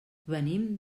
venim